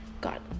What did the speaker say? god